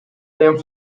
terme